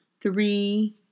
Three